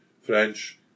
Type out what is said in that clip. French